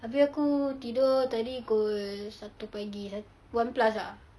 abeh aku tidur tadi pukul satu pagi one plus ah